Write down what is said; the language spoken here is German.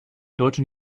deutschen